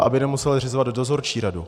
Aby nemuseli zřizovat dozorčí radu.